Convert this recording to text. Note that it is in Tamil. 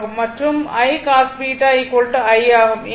மற்றும் I cos β i ஆகும்